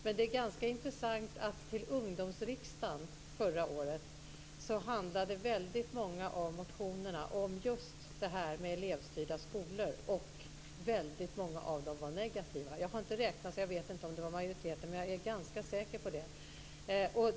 Men det är ganska intressant att väldigt många motioner till ungdomsriksdagen förra året handlade om just elevstyrda skolor, och väldigt många av dem var negativa. Jag har inte räknat dem, så jag vet inte om det var en majoritet av dem, men jag är ganska säker på det.